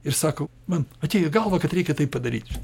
ir sako man atėjo į galvą kad reikia tai padaryt